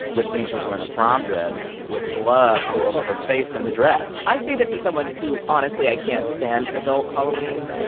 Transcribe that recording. which means she was wearing a prom dress with blood. all over her face and the dress i say this as someone who honestly, i can't stand adult halloween